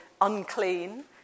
unclean